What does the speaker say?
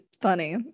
funny